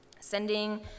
sending